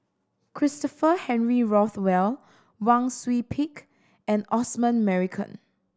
Christopher Henry Rothwell Wang Sui Pick and Osman Merican